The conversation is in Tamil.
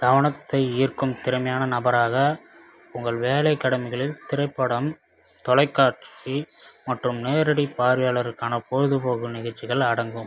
கவனத்தை ஈர்க்கும் திறமையான நபராக உங்கள் வேலை கடமைகளில் திரைப்படம் தொலைக்காட்சி மற்றும் நேரடி பார்வையாளர்களுக்கான பொழுதுபோக்கு நிகழ்ச்சிகள் அடங்கும்